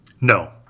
No